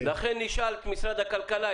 לכן, נשאל את משרד הכלכלה.